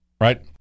right